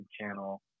channel